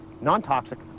non-toxic